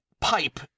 pipe